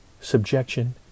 subjection